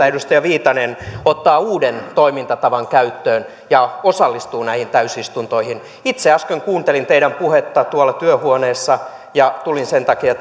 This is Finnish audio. edustaja viitanen ottaa uuden toimintatavan käyttöön ja osallistuu näihin täysistuntoihin itse äsken kuuntelin teidän puhettanne tuolla työhuoneessa ja tulin sen takia